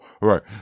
Right